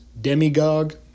demagogue